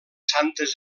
santes